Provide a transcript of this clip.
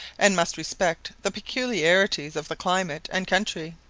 and must respect the peculiarities of the climate and country.